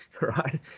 right